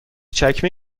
چکمه